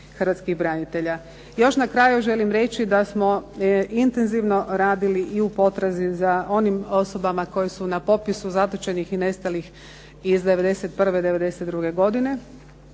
hrvatskih branitelja. Još na kraju želim reći da smo intenzivno radili i u potrazi za onim osobama koje su na popisu zatočenih i nestalih iz '91., '92. godine,